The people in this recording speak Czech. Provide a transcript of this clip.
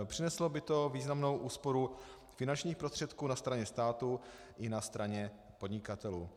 Přineslo by to významnou úsporu finančních prostředků na straně státu i na straně podnikatelů.